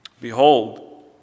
Behold